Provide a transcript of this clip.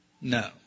No